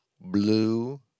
Blue